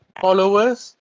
followers